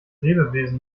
lebewesen